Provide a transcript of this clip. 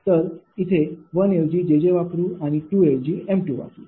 तर इथे 1 ऐवजी jj वापरू आणि 2 ऐवजी m2वापरू